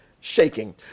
shaking